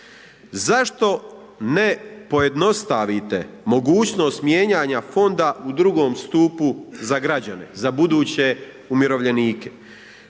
Zašto ne pojednostavite mogućnost mijenjanja fonda u II. stupu za građane, za buduće umirovljenike?